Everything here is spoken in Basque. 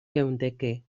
geundeke